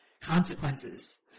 consequences